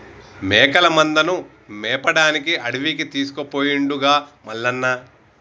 మేకల మందను మేపడానికి అడవికి తీసుకుపోయిండుగా మల్లన్న